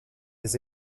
des